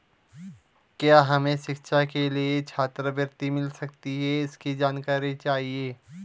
क्या हमें शिक्षा के लिए छात्रवृत्ति मिल सकती है इसकी जानकारी चाहिए?